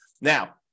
now